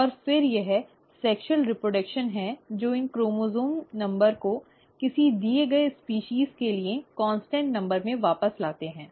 और फिर यह सेक्शूअल रीप्रडक्शन है जो इन क्रोमोसोम् संख्याओं को किसी दिए गए प्रजाति के लिए निरंतर संख्या में वापस लाते हैं